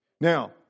Now